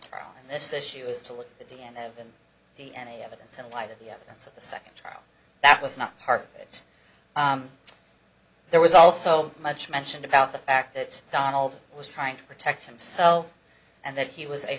and this issue is to look at the end of the d n a evidence in light of the evidence of the second trial that was not part of it there was also much mentioned about the fact that donald was trying to protect himself and that he was a